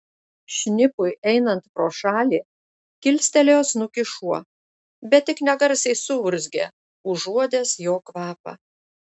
šnipui einant pro šalį kilstelėjo snukį šuo bet tik negarsiai suurzgė užuodęs jo kvapą